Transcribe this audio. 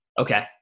Okay